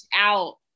out